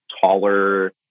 taller